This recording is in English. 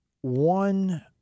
one